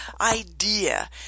idea